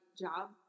job